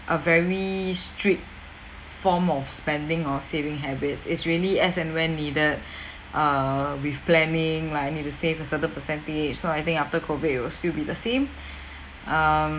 a very strict form of spending or saving habits it's really as and when needed err with planning like I need to save a certain percentage so I think after COVID it will still be the same um